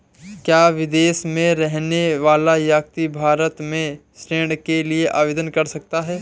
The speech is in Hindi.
क्या विदेश में रहने वाला व्यक्ति भारत में ऋण के लिए आवेदन कर सकता है?